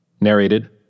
Narrated